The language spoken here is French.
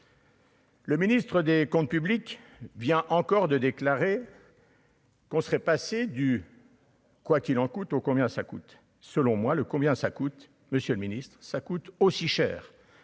Le ministre des Comptes publics vient encore de déclarer. Qu'on serait passé du. Quoi qu'il en coûte au combien ça coûte, selon moi, le combien ça coûte, monsieur le Ministre, ça coûte aussi cher,